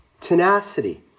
tenacity